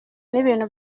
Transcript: n’ibintu